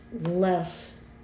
less